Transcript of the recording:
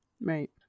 Right